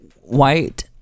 white